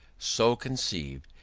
so conceived,